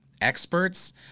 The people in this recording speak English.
experts